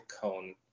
cone